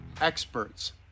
experts